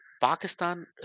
Pakistan